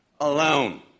alone